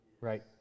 Right